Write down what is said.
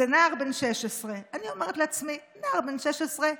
זה נער בן 16. אני אומרת לעצמי: נער בן 16,